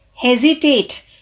Hesitate